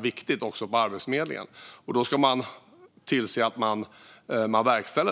viktigt på Arbetsförmedlingen, och då ska man se till att det verkställs.